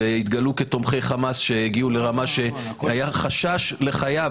והתגלו כתומכי חמאס שהגיעו לרמה שהיה חשש לחייו.